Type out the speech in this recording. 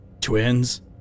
Twins